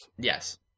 Yes